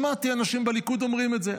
שמעתי אנשים בליכוד אומרים את זה.